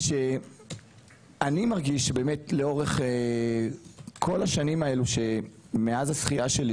אני מרגיש לכל אורך השנים האלה מאז הזכייה שלי